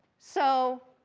so,